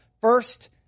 First